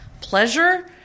pleasure